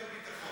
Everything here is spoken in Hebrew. ליתר ביטחון.